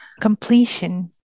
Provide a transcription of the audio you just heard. completion